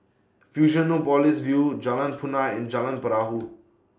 Fusionopolis View Jalan Punai and Jalan Perahu